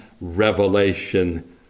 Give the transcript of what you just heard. revelation